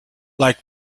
like